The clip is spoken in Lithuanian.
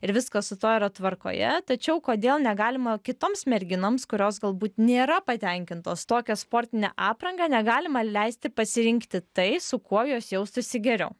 ir viskas su tuo yra tvarkoje tačiau kodėl negalima kitoms merginoms kurios galbūt nėra patenkintos tokia sportine apranga negalima leisti pasirinkti tai su kuo jos jaustųsi geriau